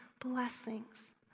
blessings